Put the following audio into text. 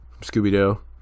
Scooby-Doo